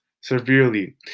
severely